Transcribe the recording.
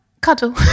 Cuddle